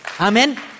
Amen